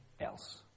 else